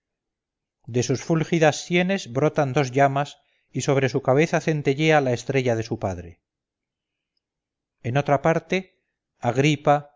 de sus fúlgidas sienes brotan dos llamas y sobre su cabeza centellea la estrella de su padre en otra parte agripa